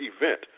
event